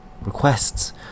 requests